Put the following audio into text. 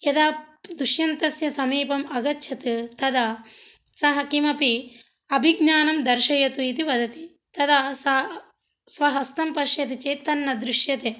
यदा दुश्यन्तस्य समीपम् अगच्छत् तदा सः किमपि अभिज्ञानं दर्शयतु इति वदति तदा सा स्वहस्तं पश्यति चेत् तन्न दृश्यते